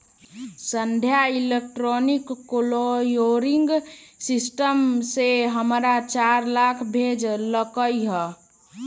संध्या electronic clearing system से हमरा चार लाख भेज लकई ह